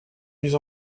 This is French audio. mise